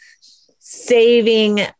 saving